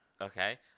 Okay